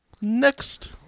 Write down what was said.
Next